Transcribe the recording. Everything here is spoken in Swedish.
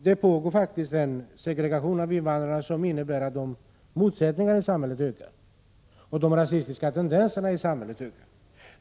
Det pågår faktiskt en segregation av invandrarna som innebär att motsättningarna i samhället ökar och att de rasistiska tendenserna i samhället ökar.